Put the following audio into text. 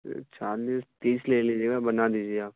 چالیس تیس لے لیجیے گا بنا دیجیے آپ